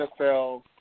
NFL